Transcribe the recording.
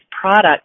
product